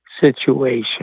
situation